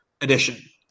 edition